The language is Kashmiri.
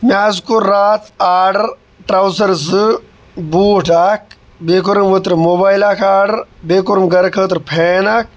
مےٚ حظ کوٚر راتھ آرڈَر ٹرٛوزَر زٕ بوٗٹ اَکھ بیٚیہِ کوٚرُم اوترٕ موبایل اَکھ آرڈَر بیٚیہِ کوٚرُم گَرٕ خٲطرٕ پھین اَکھ